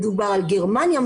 מדובר על גרמניה,